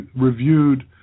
reviewed